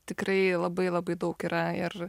tikrai labai labai daug yra ir